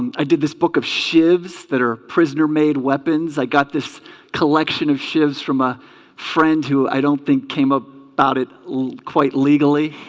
i did this book of shivs that our prisoner made weapons i got this collection of ships from a friend who i don't think came ah about it quite legally